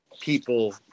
people